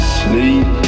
sleep